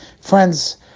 friends